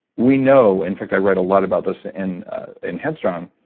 we know, in fact i write a lot about this in in head strong,